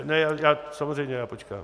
Ne, já samozřejmě počkám.